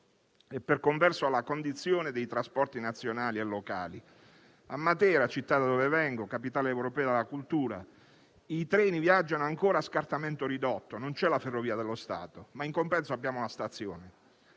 e, per converso, alla condizione dei trasporti nazionali e locali del Sud. A Matera, città dalla quale provengo, capitale europea della cultura, i treni viaggiano ancora a scartamento ridotto; non c'è la ferrovia dello Stato, ma in compenso abbiamo la stazione.